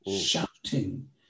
shouting